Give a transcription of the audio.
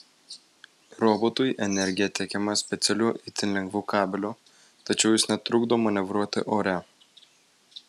robotui energija tiekiama specialiu itin lengvu kabeliu tačiau jis netrukdo manevruoti ore